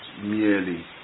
merely